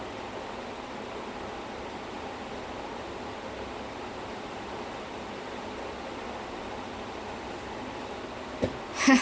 then நான் அவ்ளோ சாப்பிட முடியாது என்னால:naan avlo saapida mudiyaathu ennala so then நான் வந்து ஒவ்வொரு:naan vanthu ovvoru course பாக்குறேன்:paakuraen I'm thinking இந்த ஒரு:intha oru meal லயே:layae would I become fat if I ate